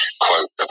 quote